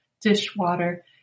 dishwater